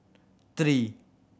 three